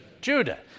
Judah